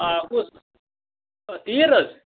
آ کُس تیٖر حظ